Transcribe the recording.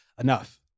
Enough